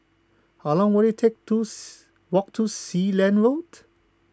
how long will it take to walk to Sealand Road